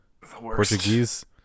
Portuguese